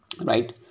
right